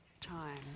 time